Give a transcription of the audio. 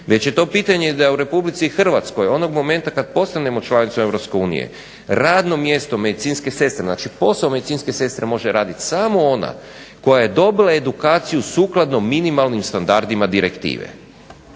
već je to pitanje da je u Republici Hrvatskoj onog momenta kad postanemo članica Europske unije radno mjesto medicinske sestre, znači posao medicinske sestre može raditi samo ona koja je dobila edukaciju sukladno minimalnim standardima direktive.